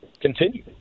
continue